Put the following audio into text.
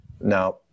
Now